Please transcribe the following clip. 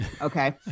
okay